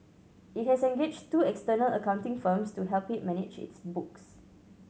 it has engaged two external accounting firms to help it manage its books